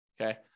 okay